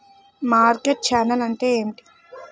Market channel అంటే ఏమిటి?